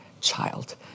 child